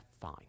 fine